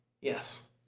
yes